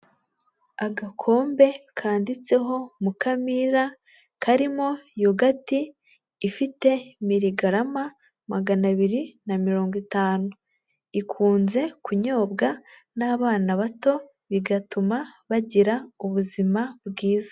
Agakombe kanditseho mukamira karimo yogati, ifite mirigarama magana abiri na mirongo itanu, ikunze kunyobwa n'abana bato, bigatuma bagira ubuzima bwiza.